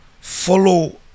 follow